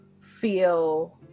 feel